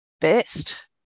best